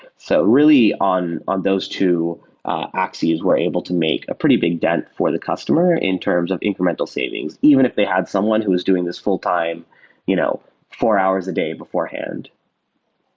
so really, on on those two axes, were able to make a pretty big dent for the customer in terms of incremental savings even if they had someone who's doing this full time you know four hours a day beforehand.